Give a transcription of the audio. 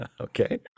Okay